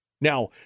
Now